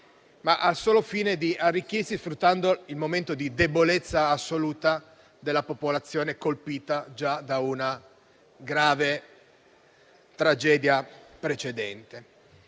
ha il solo fine di arricchirsi, sfruttando il momento di debolezza assoluta della popolazione, già colpita da una grave tragedia precedente.